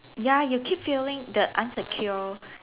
ya you keep feeling the un-secure